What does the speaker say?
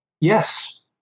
Yes